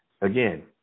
Again